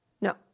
No